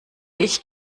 ich